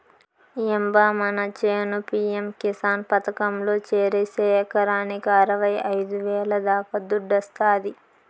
ఏం బా మన చేను పి.యం కిసాన్ పథకంలో చేరిస్తే ఎకరాకి అరవైఐదు వేల దాకా దుడ్డొస్తాది